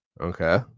Okay